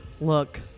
look